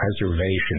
preservation